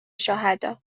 شهداء